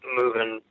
moving